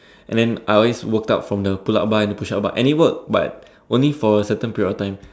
and then I always worked out from the pull up bar and the push up but any work but only for certain period of time